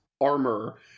armor